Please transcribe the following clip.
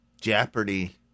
Jeopardy